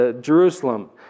Jerusalem